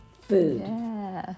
food